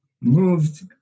moved